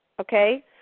okay